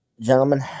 gentlemen